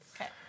Okay